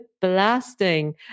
blasting